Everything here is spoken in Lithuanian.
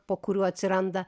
po kurių atsiranda